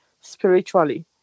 spiritually